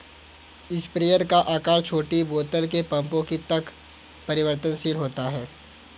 sprayer का आकार छोटी बोतल से पंपों तक परिवर्तनशील होता है